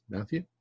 Matthew